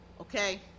Okay